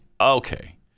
Okay